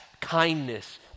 kindness